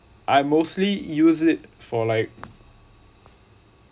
I mostly use it for like